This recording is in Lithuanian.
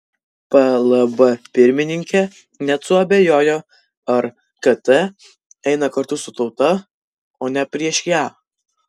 plb pirmininkė net suabejojo ar kt eina kartu su tauta o ne prieš ją